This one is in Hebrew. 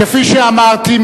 כפי שאמרתי,